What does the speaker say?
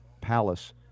Palace